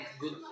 good